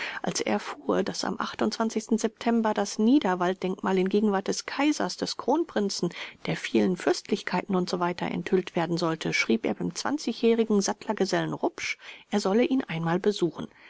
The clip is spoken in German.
als er erfuhr daß am september das niederwalddenkmal in gegenwart des kaisers des kronprinzen der vielen fürstlichkeiten usw enthüllt werden solle schrieb er im jährigen sattlergesellen rupsch er solle ihn einmal besuchen